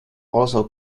also